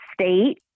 state